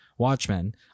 Watchmen